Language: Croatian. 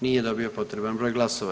Nije dobio potreban broj glasova.